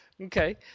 Okay